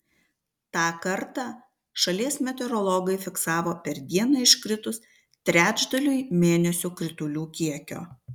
tą kartą šalies meteorologai fiksavo per dieną iškritus trečdaliui mėnesio kritulių kiekio